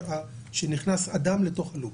שנכנס אדם לתוך לופ.